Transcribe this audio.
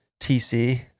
TC